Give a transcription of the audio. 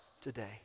today